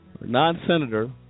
non-Senator